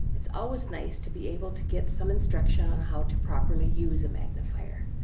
it's always nice to be able to get some instruction on how to properly use a magnifier.